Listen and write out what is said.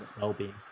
well-being